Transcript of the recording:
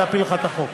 יש לזה שני צדדים,